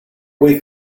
week